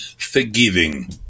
forgiving